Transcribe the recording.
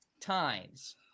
times